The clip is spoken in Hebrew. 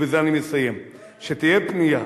ובזה אני מסיים: שתהיה פנייה,